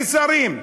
כשרים,